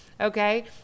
Okay